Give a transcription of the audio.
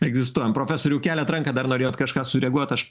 egzistuojam profesoriau keliat ranką dar norėjot kažką sureaguot aš